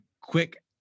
quick